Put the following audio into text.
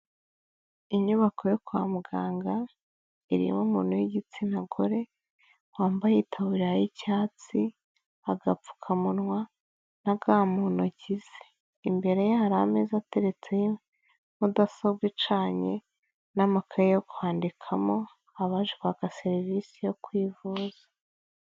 Inyubako yo kwa muganga, irimo umuntu w'igitsina gore, wambaye itaburiya y'icyatsi, agapfukamunwa na ga mu ntoki ze. Imbere ye hari ameza ateretseho mudasobwa icanye n'amakaye yo kwandikamo, abaje kwaka serivise yo kwivuza.